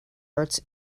arts